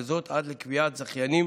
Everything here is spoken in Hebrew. וזאת עד לקביעת זכיינים